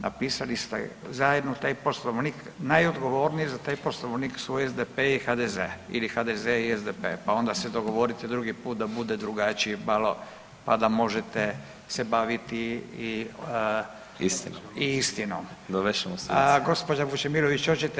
Napisali ste zajedno taj poslovnik najodgovorniji za taj poslovnik su SDP i HDZ ili HDZ i SDP pa onda se dogovorite drugi put da bude drugačiji malo pa da možete se baviti [[Upadica Pavliček: Istinom.]] i istinom. … [[Upadica se ne razumije.]] Gospođa Vučemilović hoćete ipak?